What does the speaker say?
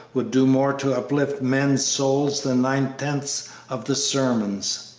would do more to uplift men's souls than nine-tenths of the sermons.